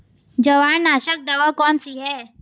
जवार नाशक दवा कौन सी है?